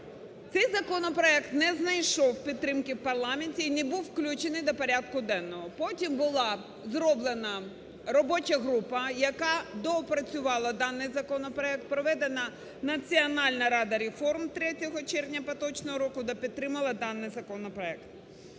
Цей законопроект не знайшов підтримки в парламенті і не був включений до порядку денного. Потім була зроблена робоча група, яка доопрацювала даний законопроект, проведена Національна рада реформ 3 червня поточного року, де підтримала даний законопроект.